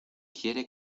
quiere